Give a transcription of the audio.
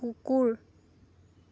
কুকুৰ